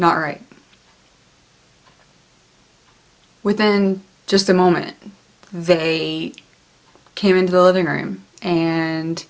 not right within just a moment they came into the living room and